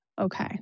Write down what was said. Okay